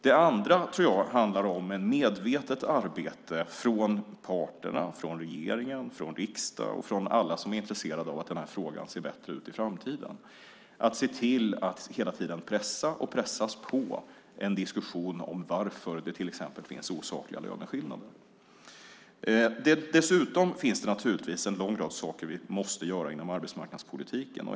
Det handlar också om ett medvetet arbete från parterna, från regeringen, från riksdagen och från alla som är intresserade av att detta ser bättre ut i framtiden att se till att hela tiden pressa på en diskussion om varför det till exempel finns osakliga löneskillnader. Dessutom finns det naturligtvis en lång rad saker som vi måste göra inom arbetsmarknadspolitiken.